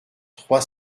trois